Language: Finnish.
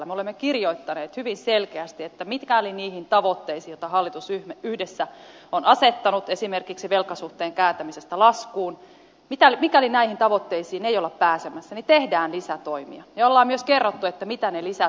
me olemme kirjoittaneet hyvin selkeästi että mikäli niihin tavoitteisiin joita hallitus yhdessä on asettanut esimerkiksi velkasuhteen kääntämisestä laskuun ei olla pääsemässä niin tehdään lisätoimia ja on myös kerrottu mitä ne lisätoimet ovat